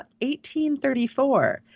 1834